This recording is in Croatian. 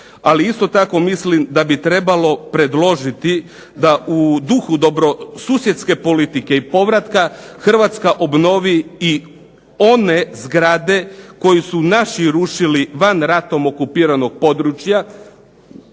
ali isto tako mislim da bi trebalo predložiti da u duhu dobrosusjedske politike i povratka Hrvatska obnovi i one zgrade koje su naši rušili van ratom okupiranog područja,